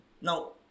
Now